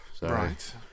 Right